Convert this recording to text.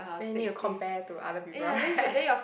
then you need to compare to other people right